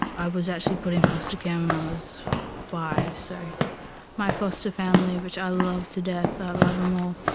i was actually put in foster care when ah i was five, so my foster family, which i love to death, i love them all,